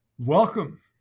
Welcome